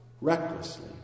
recklessly